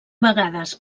vegades